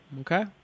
Okay